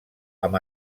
amb